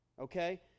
okay